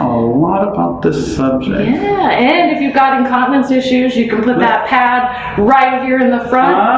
lot about this subject and if you've got incontinence issues you could put that pad right here in the front